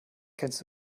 kennst